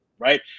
right